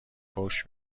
فحش